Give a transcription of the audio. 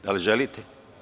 Da li želite?